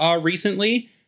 recently